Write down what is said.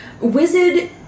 wizard